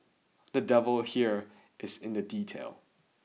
the devil here is in the detail